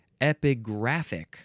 epigraphic